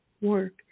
work